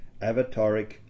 avataric